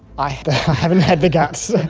i haven't had the guts.